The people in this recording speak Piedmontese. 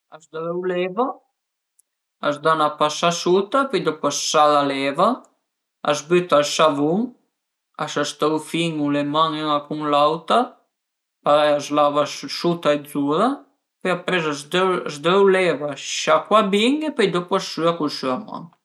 A së dröu l'eva, a s'da 'na pasà suta, pöi dopu a së sara l'eva, a s'büta ël savun, a së strufin-u le man üna cun l'auta parei a s'lava suta e zura, pöi apres a së dröu l'eva, a së sciacua bin e a së süa cun ë süaman